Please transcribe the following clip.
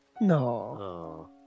No